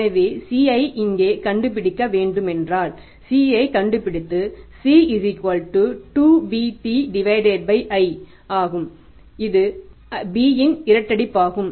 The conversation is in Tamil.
எனவே C ஐ இங்கே கண்டுபிடிக்க வேண்டுமென்றால் C ஐ கண்டுபிடிப்பது C 2bT i ஆகும் இது b இன் இரட்டிப்பாகும்